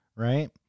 Right